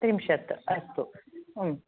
त्रिंशत् अस्तु